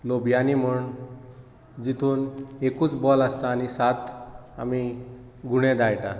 लोब्यांनी म्हण जितून एकूच बॉल आसता आनी सात आमी गुणे दाळटात